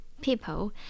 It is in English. people